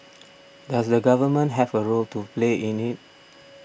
does the government have a role to play in it